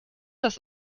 dass